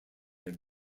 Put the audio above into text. have